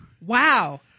Wow